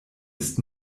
ist